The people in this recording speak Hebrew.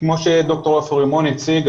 כמו שדוקטור עופר רימון הציג,